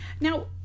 now